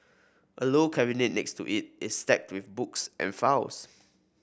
a low cabinet next to it is stacked with books and files